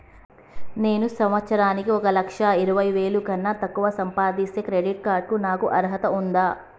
నేను సంవత్సరానికి ఒక లక్ష ఇరవై వేల కన్నా తక్కువ సంపాదిస్తే క్రెడిట్ కార్డ్ కు నాకు అర్హత ఉందా?